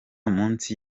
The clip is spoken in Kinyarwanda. munsi